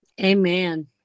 Amen